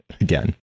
again